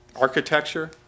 architecture